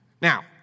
Now